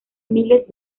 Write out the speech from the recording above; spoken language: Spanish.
miles